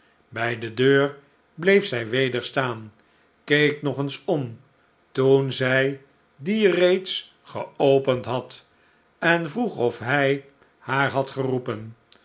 bij de deur bleef zij weder staan keek nog eens om toen zij die reeds geopend had en vroeg of hij haar had geroepen